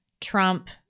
Trump